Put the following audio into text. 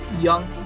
young